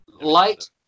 Light